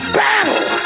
battle